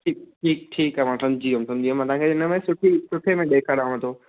ठीकु ठीकु ठीकु आहे मां सम्झी वियुमि सम्झी वियुमि मां तव्हांखे हिनमें सुठी सुठे में ॾेखारियांव थो